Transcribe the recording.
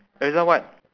erza what